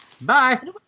Bye